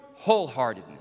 wholeheartedness